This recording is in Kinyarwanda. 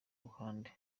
ruhande